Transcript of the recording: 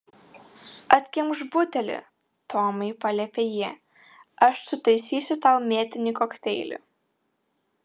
atkimšk butelį tomai paliepė ji aš sutaisysiu tau mėtinį kokteilį